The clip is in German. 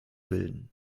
bilden